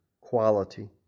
quality